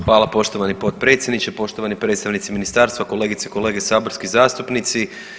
Hvala poštovani potpredsjedniče, poštovani predstavnici ministarstva, kolegice i kolege saborski zastupnici.